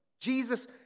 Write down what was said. Jesus